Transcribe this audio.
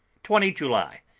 twenty july.